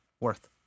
worth